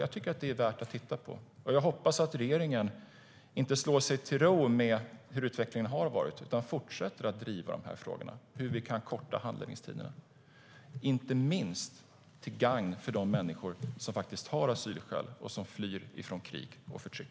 Jag tycker att det är värt att titta på, och jag hoppas att regeringen inte slår sig till ro med hur utvecklingen har varit utan fortsätter att driva frågorna om hur vi kan korta handläggningstiderna, till gagn inte minst för de människor som faktiskt har asylskäl, de som flyr från krig och förtryck.